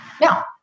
Now